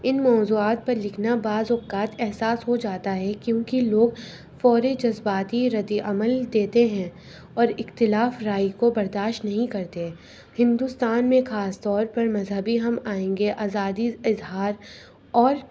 ان موضوعات پر لکھنا بعض اوقات احساس ہو جاتا ہے کیونکہ لوگ فوری جذباتی رد عمل دیتے ہیں اور اختلاف رائے کو برداشت نہیں کرتے ہندوستان میں خاص طور پر مذہبی ہم آہنگی آزادی اظہار اور